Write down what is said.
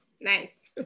nice